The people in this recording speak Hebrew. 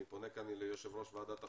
אני פונה כאן ליושב-ראש ועדת החוקה,